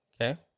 Okay